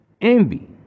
envy